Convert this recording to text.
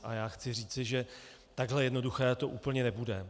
A já chci říci, že takhle jednoduché to úplně nebude.